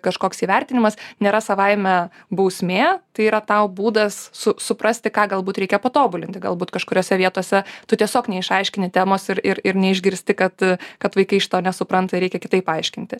kažkoks įvertinimas nėra savaime bausmė tai yra tau būdas su suprasti ką galbūt reikia patobulinti galbūt kažkuriose vietose tu tiesiog neišaiškini temos ir ir neišgirsti kad kad vaikai iš to nesupranta reikia kitaip paaiškinti